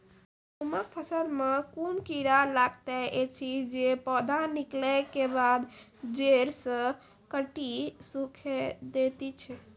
गेहूँमक फसल मे कून कीड़ा लागतै ऐछि जे पौधा निकलै केबाद जैर सऽ काटि कऽ सूखे दैति छै?